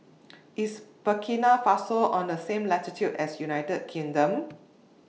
IS Burkina Faso on The same latitude as United Kingdom